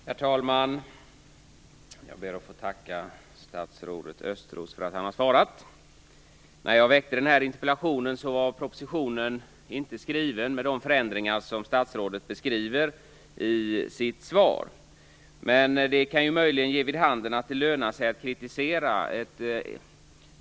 Herr talman! Jag ber att få tacka statsrådet Östros för att han har svarat. När jag väckte den här interpellationen var propositionen inte skriven med de förändringar som statsrådet beskriver i sitt svar. Men det kan möjligen ge vid handen att det lönar sig att kritisera.